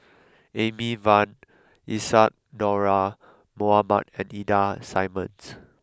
Amy Van Isadhora Mohamed and Ida Simmons